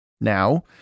Now